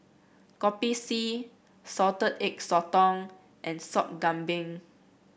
Kopi C Salted Egg Sotong and Sop Kambing